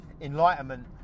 enlightenment